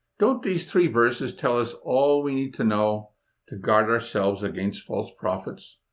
don't these three verses tell us all we need to know to guard ourselves against false prophets?